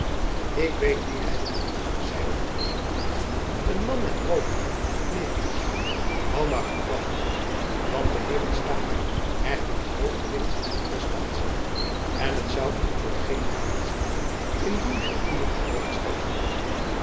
ik weet wien gy bedoelt zeide van espenblad een man met rood hair en knevels hoû maar goed wacht want de heeren staten hechten groot jacob van lennep elizabeth musch gewicht aan zijn arrestatie en het zoû u tot geen nadeel strekken indien gy die mocht bewerkstelligen